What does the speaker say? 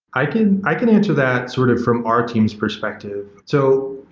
i can i can answer that sort of from our team's perspective. so,